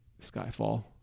Skyfall